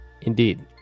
indeed